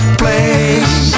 place